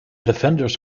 defenders